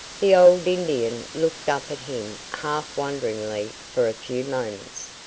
the old indian looked up at him half wonderingly for a few moments.